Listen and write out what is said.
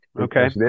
Okay